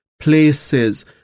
places